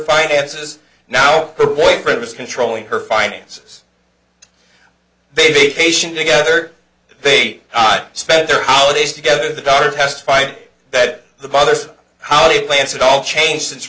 finances now her boyfriend is controlling her finances they vacationed together they ate i spent their holidays together the daughter testified that the mother's holiday plans it all changed since